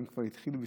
אם כבר התחילו,